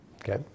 Okay